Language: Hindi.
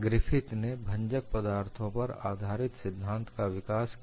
ग्रिफिथ ने भंजक पदार्थों पर आधारित सिद्धांत का विकास किया